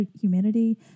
humidity